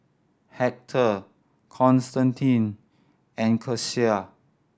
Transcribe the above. Hector Constantine and Kecia